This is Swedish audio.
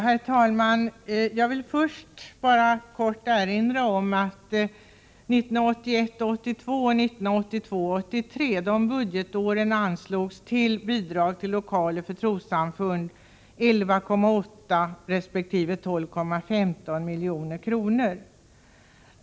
Herr talman! Först vill jag helt kort erinra om att det budgetåren 1981 83 anslogs till lokaler för trossamfund 11,8 resp. 12,15 milj.kr.